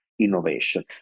innovation